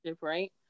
right